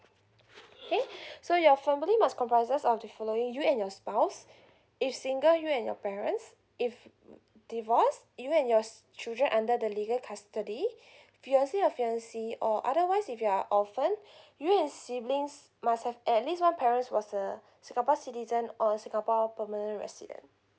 okay so your family must comprises of the following you and your spouse if single and your parents if divorce you and yours children under the legal custody fiancé or fiancée or otherwise if you are orphan you and siblings must have at least one parents was a singapore citizen or singapore permanent resident